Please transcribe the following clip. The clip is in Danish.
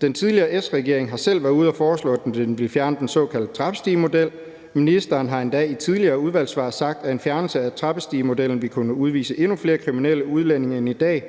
Den tidligere S-regering har selv været ude at foreslå, at den ville fjerne den såkaldte trappestigemodel. Ministeren har endda i tidligere udvalgssvar sagt, at en fjernelse af trappestigemodellen ville gøre, at man kunne udvise endnu flere kriminelle udlændinge end i dag.